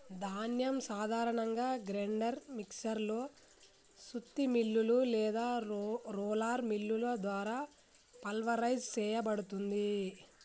ధాన్యం సాధారణంగా grinder mixer లో సుత్తి మిల్లులు లేదా రోలర్ మిల్లుల ద్వారా పల్వరైజ్ సేయబడుతుంది